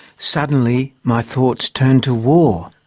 suddenly my thoughts turned to war.